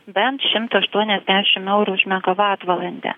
bent šimtą aštuoniasdešim eurų už megavatvalandę